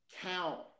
count